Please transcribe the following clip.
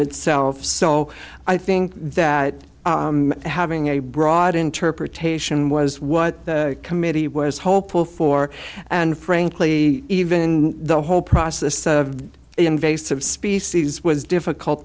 itself so i think that having a broad interpretation was what committee was hopeful for and frankly even the whole process of invasive species was difficult